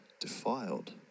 defiled